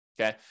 okay